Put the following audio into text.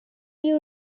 you